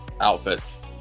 outfits